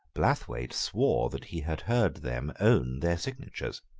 blathwayt swore that he had heard them own their signatures.